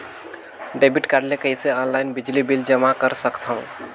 Debit card ले कइसे online बिजली बिल जमा कर सकथव?